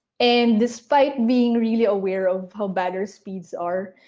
and despite being really aware of how bad our speeds are,